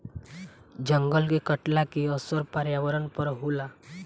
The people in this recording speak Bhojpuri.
जंगल के कटला के असर पर्यावरण पर होला